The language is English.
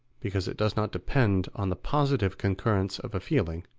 because it does not depend on the positive concurrence of a feeling,